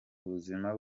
ubuzima